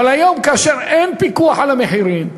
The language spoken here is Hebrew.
אבל היום, כאשר אין פיקוח על המחירים,